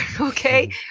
okay